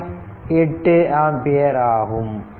8 ampere ஆகும்